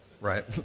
right